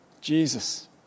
Jesus